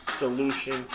solution